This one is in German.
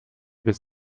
bis